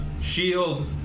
shield